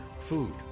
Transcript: food